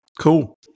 cool